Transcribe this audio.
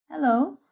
Hello